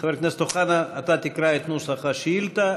חבר הכנסת אוחנה, אתה תקרא את נוסח השאילתה.